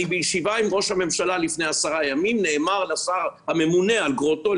בישיבה עם ראש הממשלה לפני עשרה ימים נאמר לשר הממונה על גרוטו,